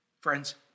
Friends